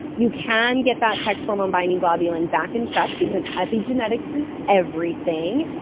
you can get that sex hormone binding globulin back in check, because epigenetics is everything.